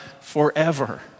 forever